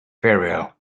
farewell